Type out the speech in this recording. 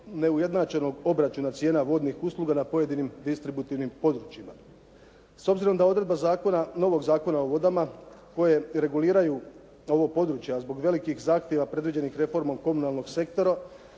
neujednačenog obračuna cijena vodnih usluga na pojedinih distributivnim područjima. S obzirom da odredba zakona, novog Zakona o vodama koje reguliraju ovo područje, a zbog velikih zahtjeva predviđenih reformom komunalnog sektora